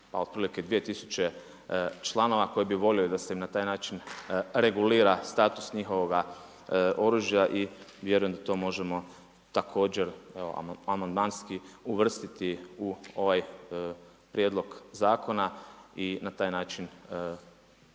od prilike 2.000 članova koje bih volio da se na taj način regulira status njihovoga oružja i vjerujem da to možemo također amandmanski uvrstiti u ovaj Prijedlog zakona i na taj način dati